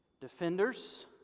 defenders